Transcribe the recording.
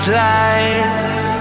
lights